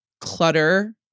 clutter